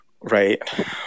Right